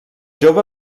jove